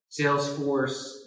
Salesforce